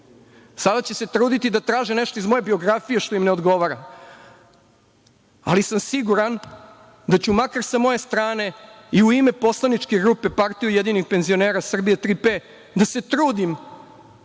sada će se truditi da traže nešto iz moje biografije što im ne odgovara, ali sam siguran da ću makar sa moje strane i u ime poslaničke grupe Partija ujedinjenih penzionera Srbije „Tri P“ da se trudim